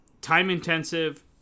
time-intensive